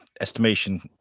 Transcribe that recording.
estimation